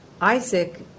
Isaac